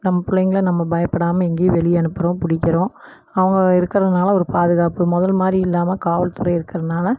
நம்ம பிள்ளைங்கள நம்ம பயப்படாம எங்கேயும் வெளிய அனுப்புகிறோம் பிடிக்கிறோம் அவங்க இருக்கிறதுனால ஒரு பாதுகாப்பு முதல் மாதிரி இல்லாமல் காவல்துறை இருக்கிறதுனால